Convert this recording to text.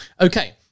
okay